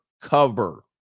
cover